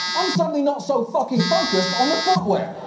i'm suddenly not so fucking focused on the footwear.